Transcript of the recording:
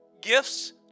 Gifts